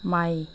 माइ